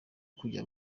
kujya